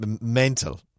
mental